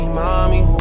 mommy